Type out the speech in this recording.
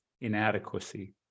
inadequacy